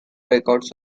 records